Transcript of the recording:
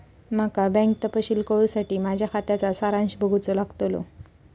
माका बँक तपशील कळूसाठी माझ्या खात्याचा सारांश बघूचो लागतलो